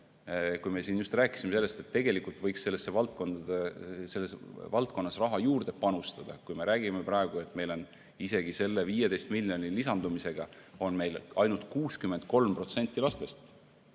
me just rääkisime sellest, et tegelikult võiks sellesse valdkonda raha juurde panustada. Me räägime praegu, et meil on isegi selle 15 miljoni lisandumise korra ainult 63% lastest